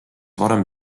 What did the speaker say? varem